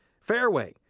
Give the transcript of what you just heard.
fairway,